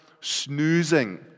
snoozing